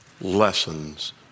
lessons